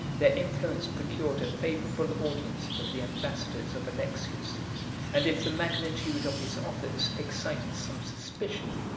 their influence procured a favorable audience for the ambassadors of alexius and if the magnitude of his offers excited some suspicion,